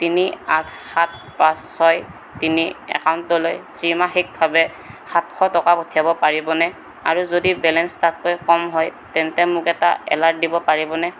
তিনি আঠ সাত পাঁচ ছয় তিনি একাউণ্টলৈ ত্ৰিমাসিকভাৱে সাতশ টকা পঠিয়াব পাৰিবনে আৰু যদি বেলেঞ্চ তাতকৈ কম হয় তেন্তে মোক এটা এলাৰ্ট দিব পাৰিবনে